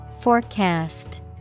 Forecast